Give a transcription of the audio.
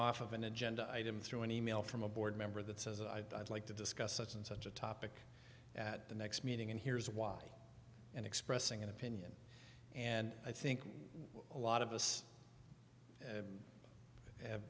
off of an agenda item through an email from a board member that says i'd like to discuss such and such a topic at the next meeting and here's why and expressing an opinion and i think a lot of us